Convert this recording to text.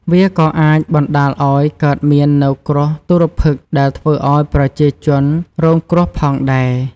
វាក៏អាចបណ្តាលឱ្យកើតមាននូវគ្រោះទុរ្ភិក្សដែលធ្វើឱ្យប្រជាជនរងគ្រោះផងដែរ។